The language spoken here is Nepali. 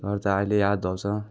गर्दा अहिले याद आउँछ